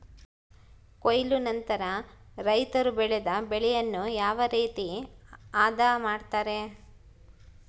ಕೊಯ್ಲು ನಂತರ ರೈತರು ಬೆಳೆದ ಬೆಳೆಯನ್ನು ಯಾವ ರೇತಿ ಆದ ಮಾಡ್ತಾರೆ?